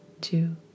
two